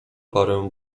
parę